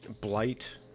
blight